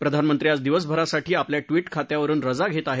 प्रधानमंत्री आज दिवसभरासाठी आपल्या ट्विट खात्यावरुन रजा घेत आहेत